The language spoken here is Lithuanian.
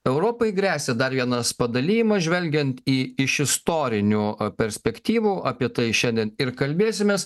europai gresia dar vienas padalijimas žvelgiant į iš istorinių perspektyvų apie tai šiandien ir kalbėsimės